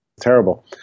terrible